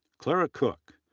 clara koch,